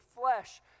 flesh